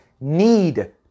need